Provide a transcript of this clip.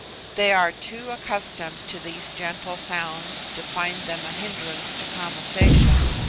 they are too accustomed to these gentle sounds to find them a hindrance to conversation,